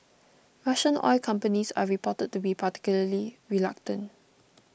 Russian oil companies are reported to be particularly reluctant